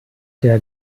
der